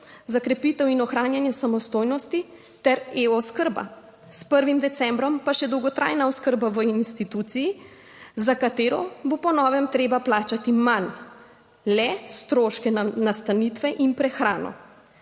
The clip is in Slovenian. za krepitev in ohranjanje samostojnosti ter eOskrba, s 1. decembrom pa še dolgotrajna oskrba v instituciji, za katero bo po novem treba plačevati manj, le stroške nastanitve in prehrano